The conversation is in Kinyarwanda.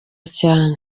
cyane